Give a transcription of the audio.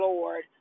Lord